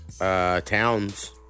Towns